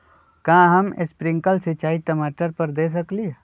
का हम स्प्रिंकल सिंचाई टमाटर पर दे सकली ह?